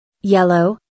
Yellow